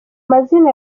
mazina